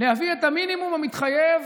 במקביל את המינימום המתחייב